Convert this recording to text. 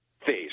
phase